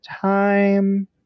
time